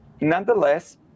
nonetheless